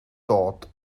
dod